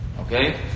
Okay